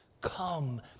come